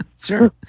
sure